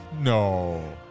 No